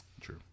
True